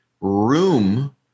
room